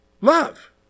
Love